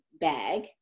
bag